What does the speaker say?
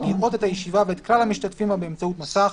לראות את הישיבה ואת כלל המשתתפים בה באמצעות מסך,